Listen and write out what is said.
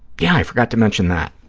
yeah, i forgot to mention that.